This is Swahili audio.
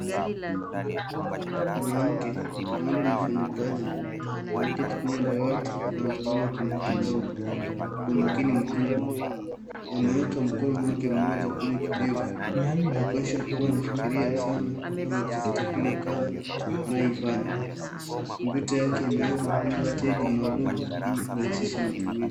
Mwanamke huenda ni mfanye kazi anaketi kwenye dawati akitazama kompyuta ndogo kwa makini mkubwa ameweka mkongo moja kwenye kidefu na kuweza kuwa anafikiria sana amejikita kwenye kazi anayeifanya, kompyuta yake imewekwa kwenye stendi maalumu ili kurahishisha matumizi.